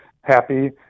happy